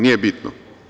Nije bitno.